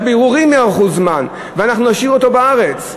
והבירורים יארכו זמן, ואנחנו נשאיר אותו בארץ.